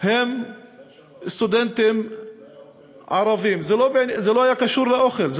הם סטודנטים ערבים, אולי האוכל לא כשר.